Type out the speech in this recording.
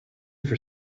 for